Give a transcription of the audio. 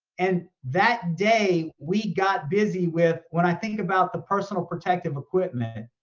and that day we got busy with, when i think about the personal protective equipment,